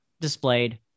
displayed